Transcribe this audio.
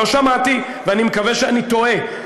לא שמעתי, ואני מקווה שאני טועה.